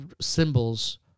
symbols